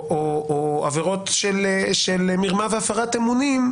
או בעבירות של מרמה והפרת אמונים.